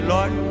Lord